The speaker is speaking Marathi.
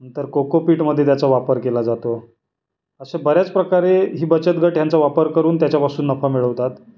नंतर कोकोपीटमध्ये त्याचा वापर केला जातो असं बऱ्याच प्रकारे ही बचत गट ह्यांचा वापर करून त्याच्यापासून नफा मिळवतात